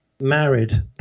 married